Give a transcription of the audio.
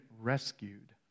rescued